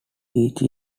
each